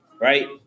right